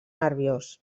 nerviós